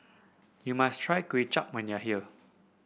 you must try Kuay Chap when you are here